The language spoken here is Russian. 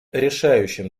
решающим